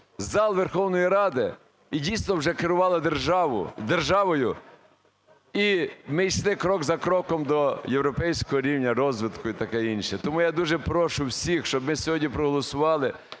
зал Верховної Ради і, дійсно, вже керувала державою, і ми йшли крок за кроком до європейського рівня розвитку і таке інше. Тому я дуже прошу всіх, щоб ми сьогодні проголосували